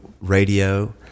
radio